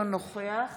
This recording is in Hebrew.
אינו נוכח